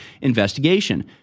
investigation